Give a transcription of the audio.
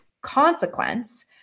consequence